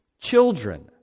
Children